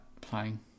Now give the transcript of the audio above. playing